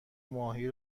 ماهی